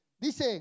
Dice